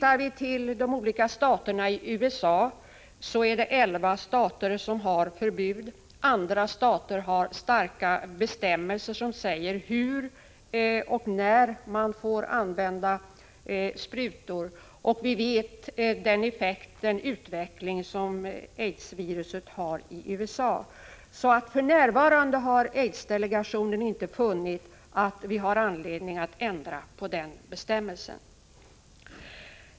Av de olika staterna i USA är det elva stater som har förbud, andra har stränga bestämmelser om hur och när man får använda sprutor. Vi känner till utvecklingen av aidsviruset i USA. För närvarande har aidsdelegationen inte funnit att vi har anledning att ändra på bestämmelsen på denna punkt.